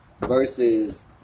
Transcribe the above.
versus